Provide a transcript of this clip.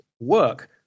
work